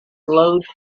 glowed